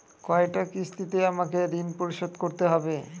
কয়টা কিস্তিতে আমাকে ঋণ পরিশোধ করতে হবে?